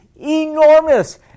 enormous